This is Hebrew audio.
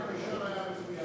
החלק הראשון היה מצוין.